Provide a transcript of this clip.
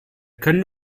können